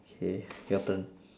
okay your turn